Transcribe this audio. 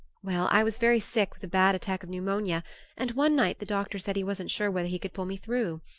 well, i was very sick with a bad attack of pneumonia and one night the doctor said he wasn't sure whether he could pull me through.